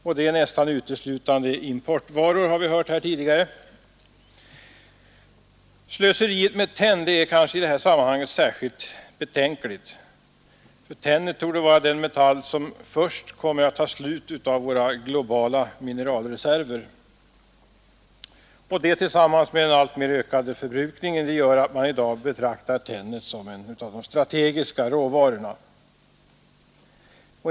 Detta är, som vi har hört här tidigare, nästan uteslutande importvaror. Slöseriet med tenn är kanske i det här sammanhanget särskilt betänkligt. Tenn torde nämligen vara den metall som först kommer att ta slut i våra globala mineralreserver. Det tillsammantaget med den alltmer ökande förbrukningen gör att man i dag betraktar tenn som en av de strategiska råvarorna.